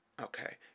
Okay